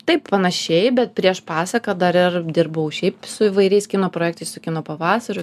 taip panašiai bet prieš pasaką dar ir dirbau šiaip su įvairiais kino projektais su kino pavasariu